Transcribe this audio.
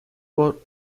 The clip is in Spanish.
por